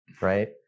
right